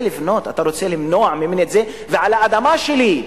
אתה רוצה למנוע ממני את זה, ועל האדמה שלי.